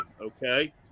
okay